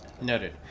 Noted